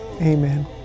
Amen